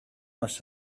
must